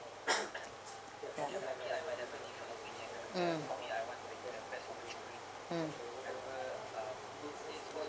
ya mm mm